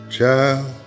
Child